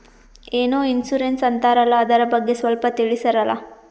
ಏನೋ ಇನ್ಸೂರೆನ್ಸ್ ಅಂತಾರಲ್ಲ, ಅದರ ಬಗ್ಗೆ ಸ್ವಲ್ಪ ತಿಳಿಸರಲಾ?